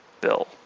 Bill